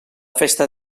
festa